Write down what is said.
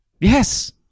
Yes